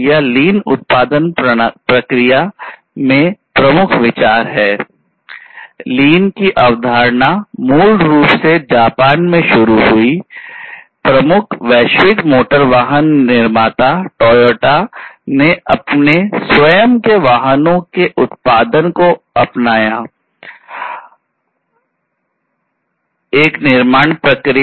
और लीन उत्पादन प्रक्रिया में प्रमुख विचार है